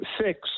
six